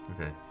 Okay